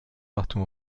partout